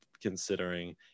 considering